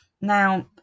Now